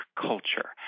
culture